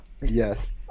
Yes